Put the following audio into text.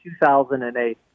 2008